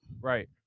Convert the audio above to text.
Right